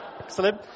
Excellent